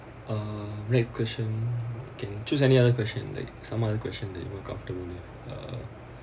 uh next question you can choose any other question like some other question that you comfortable with uh